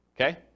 Okay